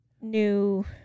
new